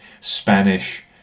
Spanish